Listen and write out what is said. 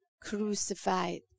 crucified